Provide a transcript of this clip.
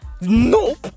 Nope